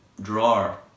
drawer